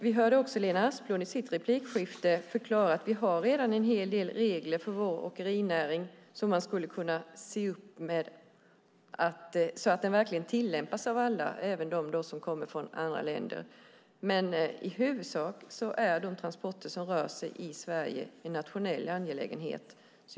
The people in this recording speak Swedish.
Vi hörde också Lena Asplund i sitt replikskifte förklara att vi redan har en hel del regler för vår åkerinäring där man kunde se till att den verkligen tillämpas av alla och även av dem som kommer från andra länder. I huvudsak är de transporter som rör sig i Sverige en nationell angelägenhet.